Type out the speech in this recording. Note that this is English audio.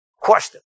question